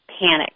panic